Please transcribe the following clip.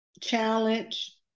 challenge